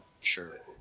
Sure